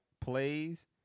plays